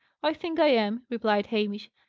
i think i am, replied hamish.